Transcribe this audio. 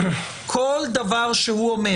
כל דבר שהוא אומר